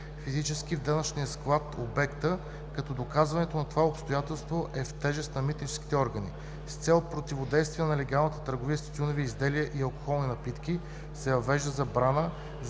физически в данъчния склад/обекта, като доказването на това обстоятелство е в тежест на митническите органи. С цел противодействие на нелегалната търговия с тютюневи изделия и алкохолни напитки се въвежда забрана за